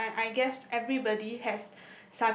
yes I I guess everybody has